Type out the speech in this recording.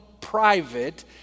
private